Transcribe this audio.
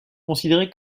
considéré